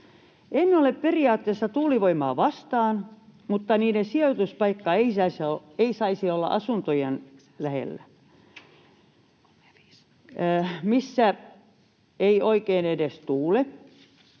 En ole periaatteessa tuulivoimaa vastaan, mutta niiden sijoituspaikka ei saisi olla asuntojen lähellä, missä ei oikein edes tuule.